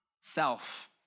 self